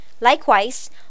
Likewise